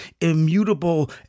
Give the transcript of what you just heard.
immutable